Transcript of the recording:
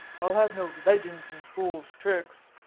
i'll have no legends and fool's tricks,